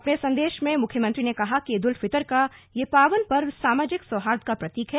अपने संदेश में मुख्यमंत्री ने कहा कि ईद उल फितर का यह पावन पर्व सामाजिक सौहार्द का प्रतीक है